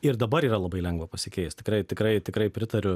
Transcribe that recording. ir dabar yra labai lengva pasikeist tikrai tikrai tikrai pritariu